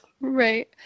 Right